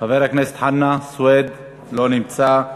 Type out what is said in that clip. לא נמצא.